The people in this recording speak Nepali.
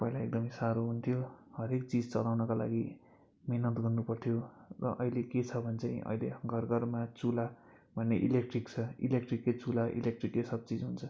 पहिला एकदमै साह्रो हुन्थ्यो हरेक चिज चलाउनुको लागि मेहनत गर्नु पर्थ्यो र अहिले के छ भने चाहिँ अहिले घर घरमा चुल्हा पनि इलेक्ट्रिक छ इलेक्ट्रिककै चुल्हा इलेक्ट्रिककै सब चिज हुन्छ